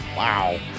Wow